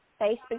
Facebook